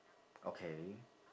okay